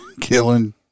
killing